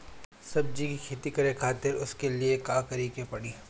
सब्जी की खेती करें उसके लिए का करिके पड़ी?